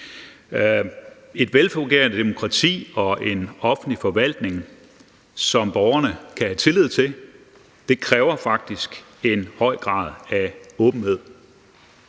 Et velfungerende demokrati og en offentlig forvaltning, som borgerne kan have tillid til, kræver faktisk en høj grad af åbenhed,